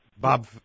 Bob